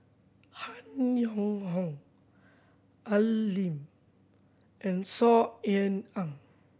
Han Yong Hong Al Lim and Saw Ean Ang